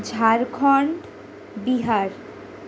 Jharkhand Bihar